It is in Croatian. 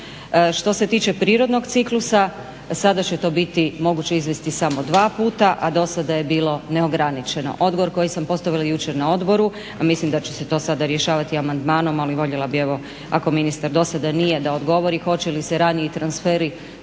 Što se tiče prirodnog ciklusa sada će to biti moguće izvesti samo 2 puta, a dosada je bilo neograničeno. Odgovor koji sam postavila jučer na odboru, a mislim da će se to sada rješavati amandmanom, ali voljela bih evo ako ministar dosada nije da odgovori hoće li se raniji transferi